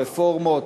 רפורמות,